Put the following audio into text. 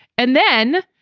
and then,